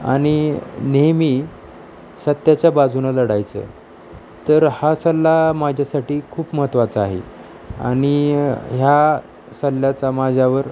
आणि नेहमी सत्याच्या बाजूनं लढायचं तर हा सल्ला माझ्यासाठी खूप महत्त्वाचा आहे आणि ह्या सल्ल्याचा माझ्यावर